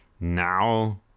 now